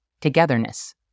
togetherness